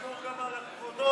שמור גם על כבודו.